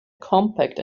compact